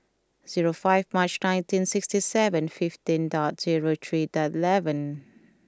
zero five Mar nineteen sixty seven fifteen dot zero three dot eleven